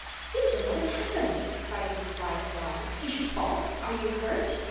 susan, what has happened? cried mrs. blythe in alarm. did you fall? are you hurt?